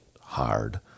hard